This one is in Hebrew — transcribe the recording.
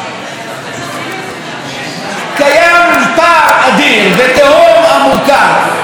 קיים פער אדיר ותהום עמוקה בין האופן שאת מבינה את תפקידך